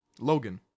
Logan